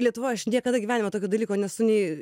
lietuvoj aš niekada gyvenime tokio dalyko nesu nei